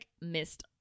missed